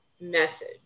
message